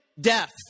Death